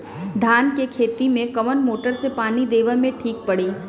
धान के खेती मे कवन मोटर से पानी देवे मे ठीक पड़ी?